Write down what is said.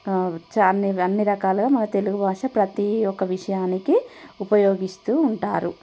చ అన్ని అన్ని రకాలుగా మన తెలుగు భాష ప్రతి ఒక్క విషయానికి ఉపయోగిస్తూ ఉంటారు